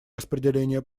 распределение